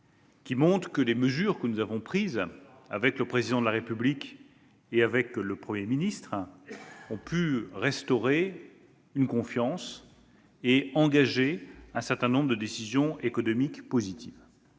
qui montrent que les mesures que nous avons prises avec le Président de la République et le Premier ministre ont permis de restaurer une confiance et d'engager un certain nombre de décisions économiques positives.